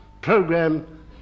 program